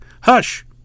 Hush